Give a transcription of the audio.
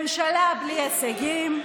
ממשלה בלי הישגים,